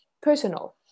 personal